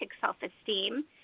self-esteem